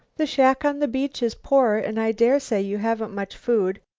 the shack on the beach is poor, and i dare say you haven't much food.